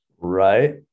right